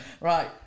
Right